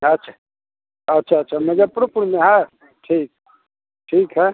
अच्छा अच्छा अच्छा मुजफ्फरपुर में है ठीक ठीक है